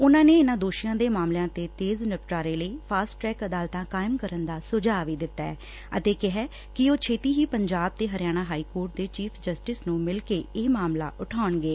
ਉਨੂਾ ਨੇ ਇਨੂਾ ਦੋਸ਼ੀਆਂ ਦੇ ਮਾਮਲਿਆਂ ਦੇ ਤੇਜ਼ ਨਿਪਟਾਰੇ ਲਈ ਫਾਸਟ ਟ੍ਰੈਕ ਅਦਾਲਤਾਂ ਕਾਇਮ ਕਰਨ ਦਾ ਸੁਝਾਅ ਵੀ ਦਿੱਤੈ ਅਤੇ ਕਿਹੈ ਕਿ ਉਹ ਛੇਤੀ ਹੀ ਪੰਜਾਬ ਤੇ ਹਰਿਆਣਾ ਹਾਈਕੋਰਟ ਦੇ ਚੀਫ਼ ਜਸਟਿਸ ਨੂੰ ਮਿਲਕੇ ਇਹ ਮਸਲਾ ਉਠਾਉਣਗੇ